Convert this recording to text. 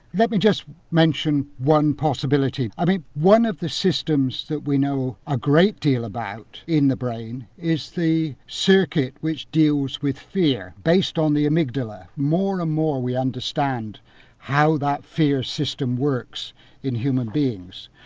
let me just mention one possibility. ah one of the systems that we know a great deal about in the brain is the circuit which deals with fear, based on the amygdala. more and more we understand how that fear system works in human beings.